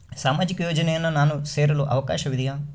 ಸಾಮಾಜಿಕ ಯೋಜನೆಯನ್ನು ನಾನು ಸೇರಲು ಅವಕಾಶವಿದೆಯಾ?